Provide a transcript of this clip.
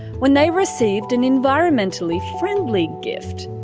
when they received an environmentally friendly gift.